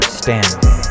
standing